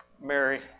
Mary